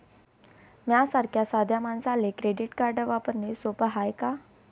माह्या सारख्या साध्या मानसाले क्रेडिट कार्ड वापरने सोपं हाय का?